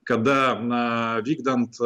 kada na vykdant